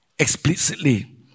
Explicitly